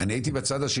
אני לא מנחה אותו.